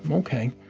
ok,